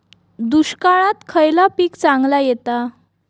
दुष्काळात खयला पीक चांगला येता?